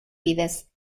bidez